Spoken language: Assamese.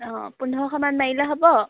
অঁ পোন্ধৰশমান মাৰিলে হ'ব